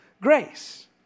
grace